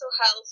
Health